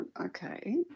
Okay